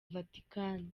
vatican